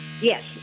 Yes